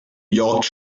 york